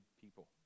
people